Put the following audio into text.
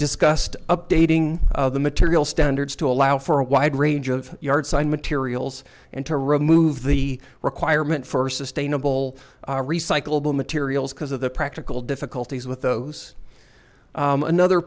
discussed updating the material standards to allow for a wide range of yard sign materials and to remove the requirement for sustainable recyclable materials because of the practical difficulties with those another